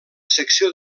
secció